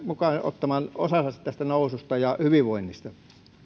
mukaan ottamaan osansa tästä noususta ja hyvinvoinnista